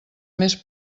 més